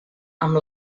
amb